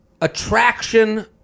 attraction